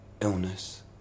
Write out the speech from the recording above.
illness